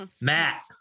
Matt